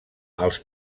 els